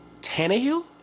Tannehill